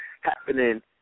happening